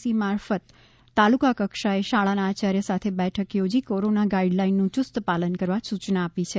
C મારફત તાલુકા કક્ષાએ શાળાના આચાર્ય સાથે બેઠક યોજી કોરોના ગાઇડલાઇનનું યુસ્ત પાલન કરવા સુચના આપી છે